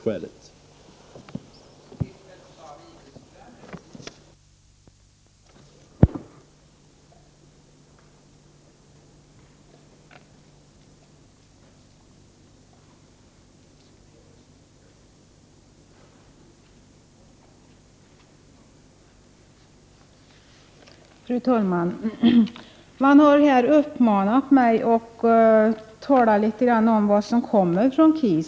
23 maj 1989